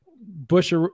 Bush